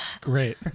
Great